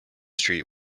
street